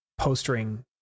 postering